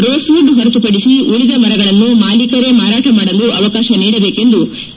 rosewood ಹೊರತುಪಡಿಸಿ ಉಳಿದ ಮರಗಳನ್ನು ಮಾಲೀಕರೇ ಮಾರಾಟ ಮಾಡಲು ಅವಕಾಶ ನೀಡಬೇಕೆಂದು ಕೆ